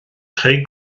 creu